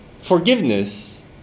forgiveness